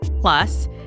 plus